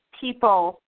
people